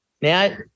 Now